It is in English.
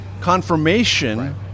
confirmation